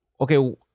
okay